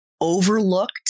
overlooked